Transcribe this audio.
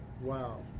Wow